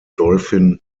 dolphin